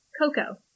Coco